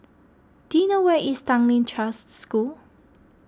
do you know where is Tanglin Trust School